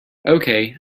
okay